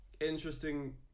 interesting